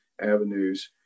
avenues